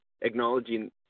acknowledging